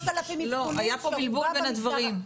היה פה בלבול בין הדברים.